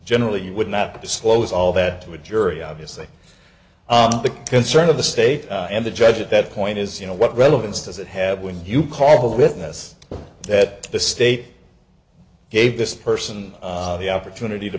generally you would not disclose all that to a jury obviously the concern of the state and the judge at that point is you know what relevance does it have when you call the witness that the state gave this person the opportunity to